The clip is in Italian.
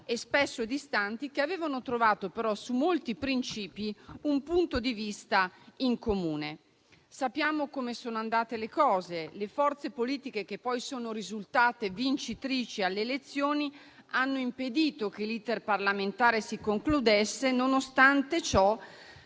e spesso distanti, che però avevano trovato un punto di vista in comune su molti principi. Sappiamo come sono andate le cose: le forze politiche che poi sono risultate vincitrici alle elezioni hanno impedito che l'*iter* parlamentare si concludesse; nonostante ciò,